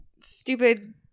Stupid